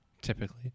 Typically